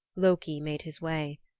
loki made his way.